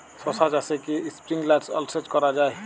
শশা চাষে কি স্প্রিঙ্কলার জলসেচ করা যায়?